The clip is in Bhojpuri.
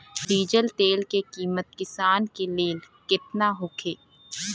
डीजल तेल के किमत किसान के लेल केतना होखे?